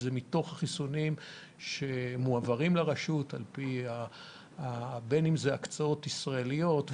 מתוך החיסונים שמועברים לרשות בין אם זה הקצאות ישראליות,